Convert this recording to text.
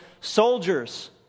soldiers